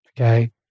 okay